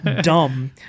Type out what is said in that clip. dumb